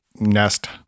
Nest